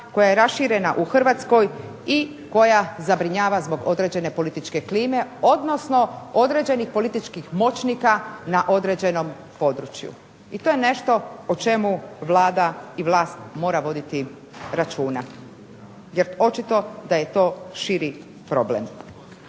koja je raširena u Hrvatskoj i koja zabrinjava zbog određene političke klime, odnosno određenih političkih moćnika na određenom području i to je nešto o čemu Vlada i vlast mora voditi računa jer očito da je to širi problem.